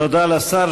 תודה לשר.